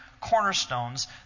cornerstones